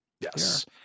Yes